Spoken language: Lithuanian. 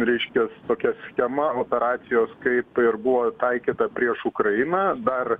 reiškias tokia schema operacijos kaip ir buvo taikyta prieš ukrainą dar